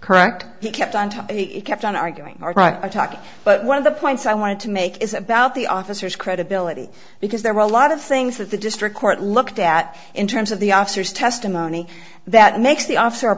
correct he kept on top and he kept on arguing i talk but one of the points i wanted to make is about the officers credibility because there were a lot of things that the district court looked at in terms of the officers testimony that makes the officer